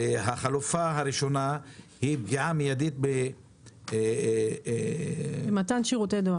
החלופה הראשונה היא פגיעה מידית במתן שירותי דואר